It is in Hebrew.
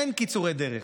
אין קיצורי דרך.